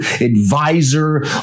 advisor